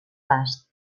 basc